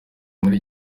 muri